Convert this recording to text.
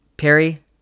Perry